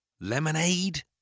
Lemonade